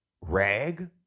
rag